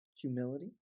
humility